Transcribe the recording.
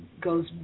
goes